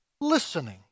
listening